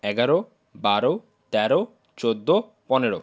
এগারো বারো তেরো চৌদ্দ পনেরো